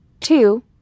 Two